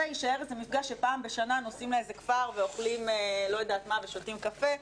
יישאר איזה מפגש שפעם בשנה נוסעים לאיזה כפר ואוכלים ושותים קפה,